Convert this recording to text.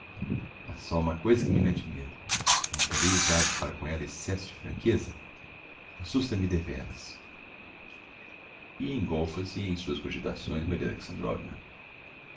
ha só uma coisa que me mette medo não terei usado para com ella excesso de franqueza assusta me assusta me deveras e engolfa se em suas cogitações maria alexandrovna assim